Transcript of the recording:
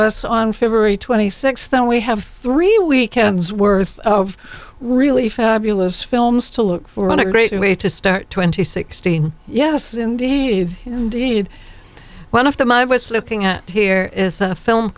us on february twenty sixth then we have three weekends worth of really fabulous films to look for on a great way to start twenty sixteen yes indeed indeed one of them i was looking at here is a film